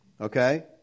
Okay